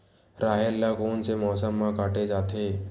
राहेर ल कोन से मौसम म काटे जाथे?